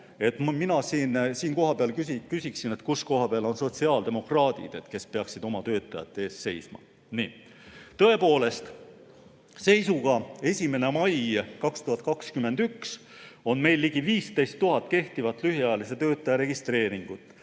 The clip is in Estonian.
Mina siinkohal küsin, kus on sotsiaaldemokraadid, kes peaksid meie töötajate eest seisma. Tõepoolest, seisuga 1. mai 2021 on meil ligi 15 000 kehtivat lühiajalise töötaja registreeringut,